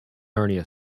narnia